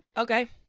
okay.